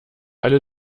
alle